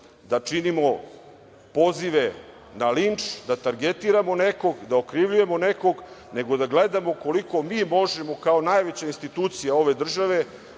da činimo pozive na linč, da targetiramo nekog, da okrivljujemo nekog, nego da gledamo koliko mi možemo kao najveća institucija ove države